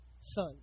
son